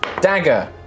dagger